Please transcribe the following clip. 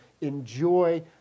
enjoy